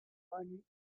one